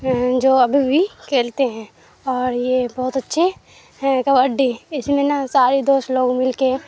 جو ابھی بھی کھیلتے ہیں اور یہ بہت اچھے ہیں کبڈی اس میں نہ سارے دوست لوگ مل کے